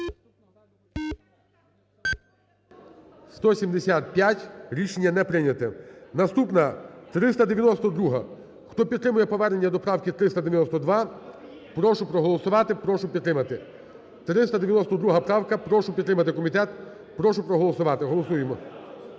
За-175 Рішення не прийнято. Наступна 392-а. Хто підтримує повернення до правки 392, прошу проголосувати. Прошу підтримати. 392 правка, прошу підтримати комітет, прошу проголосувати. Голосуємо.